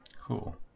cool